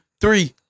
three